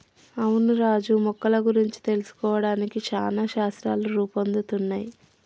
అవును రాజు మొక్కల గురించి తెలుసుకోవడానికి చానా శాస్త్రాలు రూపొందుతున్నయ్